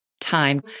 time